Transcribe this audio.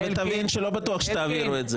ותבין שלא בטוח שתעבירו את זה.